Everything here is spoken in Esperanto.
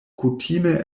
kutime